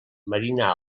marina